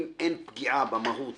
אם אין פגיעה במהות